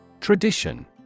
TRADITION